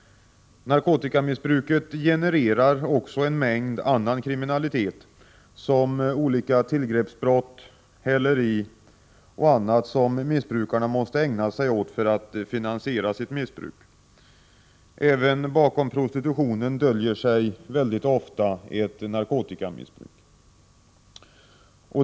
Narkotikamissbruket genererar också en mängd annan kriminalitet såsom olika tillgreppsbrott, häleri och annat som missbrukarna måste ägna sig åt för att finansiera sitt missbruk. Även bakom prostitutionen döljer sig väldigt ofta ett narkotikamissbruk.